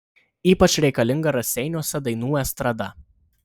ypač reikalinga raseiniuose dainų estrada